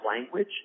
language